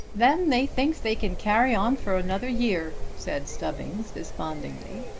then they thinks they can carry on for another year, said stubbings despondingly.